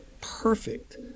perfect